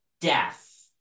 death